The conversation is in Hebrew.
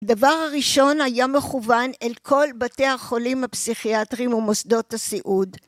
דבר הראשון היה מכוון אל כל בתי החולים הפסיכיאטריים ומוסדות הסיעוד.